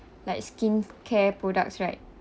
like skin care products right